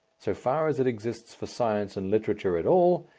so far as it exists for science and literature at all,